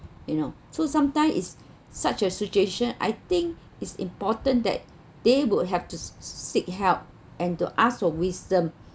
you know so sometime is such a suggestion I think it's important that they would have to seek help and to ask for wisdom